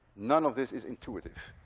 none of this is intuitive.